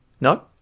No